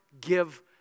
give